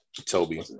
Toby